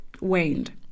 waned